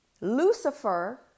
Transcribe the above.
Lucifer